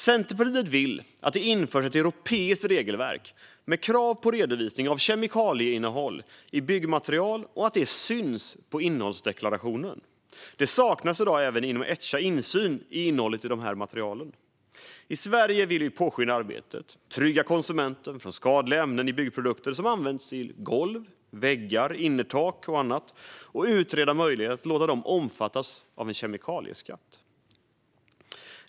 Centerpartiet vill att det införs ett europeiskt regelverk med krav på redovisning av kemikalieinnehåll i byggmaterial och att det syns på innehållsdeklarationen. Det saknas i dag även inom Echa insyn i innehållet i de materialen. I Sverige vill vi påskynda arbetet och trygga konsumenten från skadliga ämnen i byggprodukter som används till golv, väggar, innertak och annat och utreda möjligheten att låta dem omfattas av en kemikalieskatt.